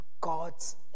God's